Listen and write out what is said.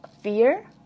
fear